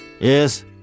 Yes